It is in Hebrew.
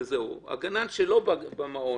הגנן שלא במעון,